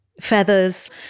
feathers